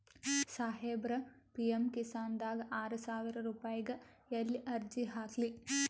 ಸಾಹೇಬರ, ಪಿ.ಎಮ್ ಕಿಸಾನ್ ದಾಗ ಆರಸಾವಿರ ರುಪಾಯಿಗ ಎಲ್ಲಿ ಅರ್ಜಿ ಹಾಕ್ಲಿ?